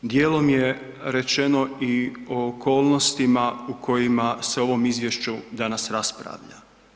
Dijelom je rečeno i o okolnostima u kojima se o ovom izvješću danas raspravlja.